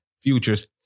Futures